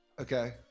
Okay